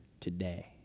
today